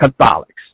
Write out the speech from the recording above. Catholics